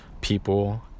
people